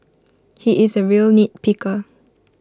he is A real nitpicker